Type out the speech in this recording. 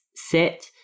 Sit